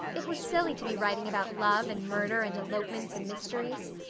it was silly to be writing about love and murder and elopements and mysteries.